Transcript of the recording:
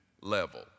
level